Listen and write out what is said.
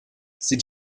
sind